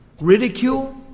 Ridicule